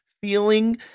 feeling